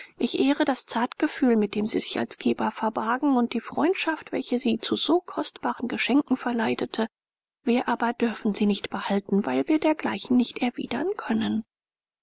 ich ehre das zartgefühl mit dem sie sich als geber verbargen und die freundschaft welche sie zu so kostbaren geschenken verleitete wir aber dürfen sie nicht behalten weil wir dergleichen nicht erwidern können